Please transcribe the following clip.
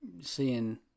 seeing